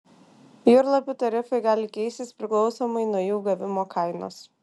jūrlapių tarifai gali keistis priklausomai nuo jų gavimo kainos